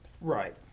Right